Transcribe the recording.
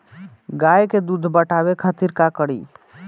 गाय के दूध बढ़ावे खातिर का करी?